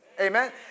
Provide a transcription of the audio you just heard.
Amen